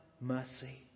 mercy